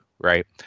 right